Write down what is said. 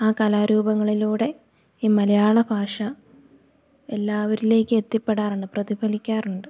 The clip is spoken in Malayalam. ആ കലാരൂപങ്ങളിലൂടെ ഈ മലയാള ഭാഷ എല്ലാവരിലേക്കെത്തിപ്പെടാറുണ്ട് പ്രതിഫലിക്കാറുണ്ട്